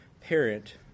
parent